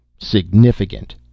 Significant